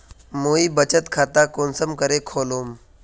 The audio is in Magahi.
मुई बचत खता कुंसम करे खोलुम?